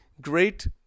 great